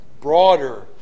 broader